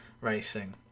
racing